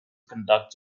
conduct